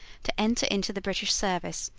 to enter into the british service.